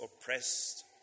oppressed